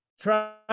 try